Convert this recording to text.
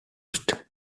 used